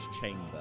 chamber